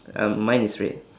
um mine is red